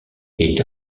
est